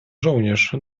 żołnierz